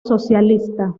socialista